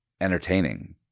entertaining